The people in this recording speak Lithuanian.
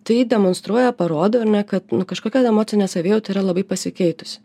tai demonstruoja parodo ar ne kad kažkokia emocinė savijauta yra labai pasikeitusi